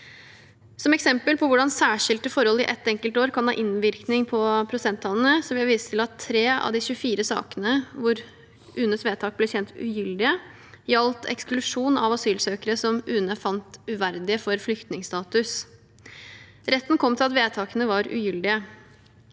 Som eksempel på hvordan særskilte forhold i ett enkelt år kan ha innvirkning på prosenttallene, vil jeg vise til at 3 av de 24 sakene hvor UNEs vedtak ble kjent ugyldige, gjaldt eksklusjon av asylsøkere som UNE fant uverdige for flyktningstatus. Retten kom til at vedtakene var ugyldige.